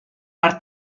per